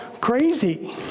crazy